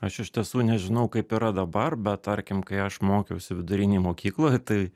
aš iš tiesų nežinau kaip yra dabar bet tarkim kai aš mokiausi vidurinėj mokykloj tai